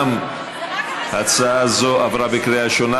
גם ההצעה זאת עברה בקריאה ראשונה,